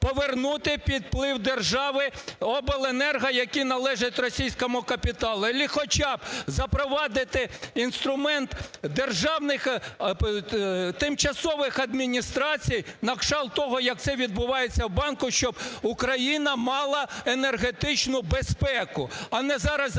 повернути під вплив держави обленерго, які належать російському капіталу, або хоча б запровадити інструмент державних тимчасових адміністрацій, на кшталт того, як це відбувається у банку, щоб Україна мала енергетичну безпеку. А не зараз займатися